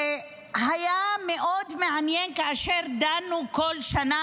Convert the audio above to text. שהיה מאוד מעניין כאשר דנו כל שנה